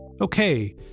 Okay